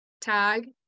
tag